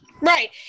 Right